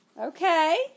Okay